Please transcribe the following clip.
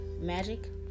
magic